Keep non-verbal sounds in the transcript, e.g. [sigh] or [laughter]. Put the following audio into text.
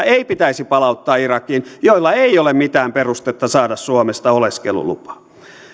[unintelligible] ei pitäisi palauttaa irakiin joilla ei ole mitään perustetta saada suomesta oleskelulupaa